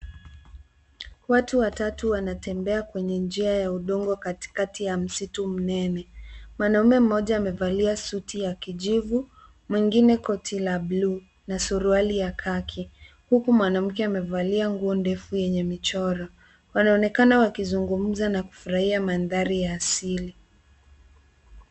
Watu watatu wanatembea kwenye njia ya udongo katikati ya msitu mnene. Mwanaume mmoja amevalia suti ya kijivu, mwingine koti la blue na suruali ya kaki, huku mwanamke amevalia nguo ndefu yenye michoro. Wanaonekana wakizungumza na kufurahia mandhari ya asili.